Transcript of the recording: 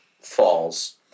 falls